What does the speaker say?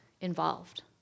involved